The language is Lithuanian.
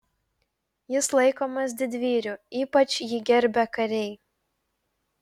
jis laikomas didvyriu ypač jį gerbia kariai